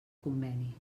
conveni